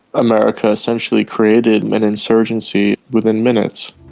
america essentially created an insurgency within minutes.